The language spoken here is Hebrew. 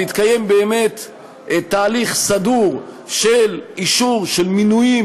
ויתקיים באמת תהליך סדור של אישור מינויים